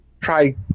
try